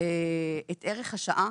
את ערך השעה,